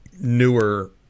newer